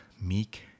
meek